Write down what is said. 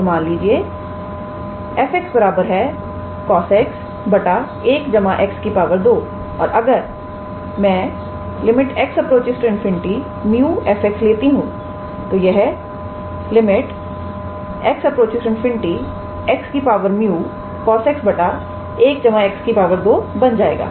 तो मान लीजिए 𝑓𝑥 𝑐𝑜𝑠𝑥1𝑥 2 और अगर मैं x∞ 𝜇𝑓𝑥 लेती हूं तो यह x∞ 𝑥 𝜇 𝑐𝑜𝑠𝑥1𝑥 2 बन जाएगा